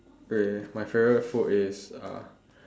wait my favorite food is uh